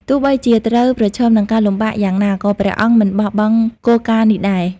ទោះបីជាត្រូវប្រឈមនឹងការលំបាកយ៉ាងណា ក៏ព្រះអង្គមិនបោះបង់គោលការណ៍នេះដែរ ។